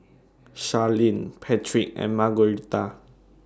Sharlene Patric and Margueritta